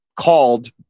called